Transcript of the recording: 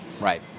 Right